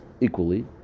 equally